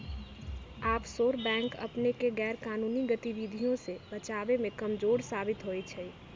offshore bank अपनेके गैरकानूनी गतिविधियों से बचाबे में कमजोर साबित होइ छइ